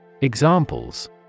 Examples